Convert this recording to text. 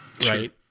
right